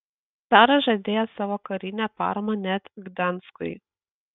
caras žadėjo savo karinę paramą net gdanskui